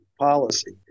policy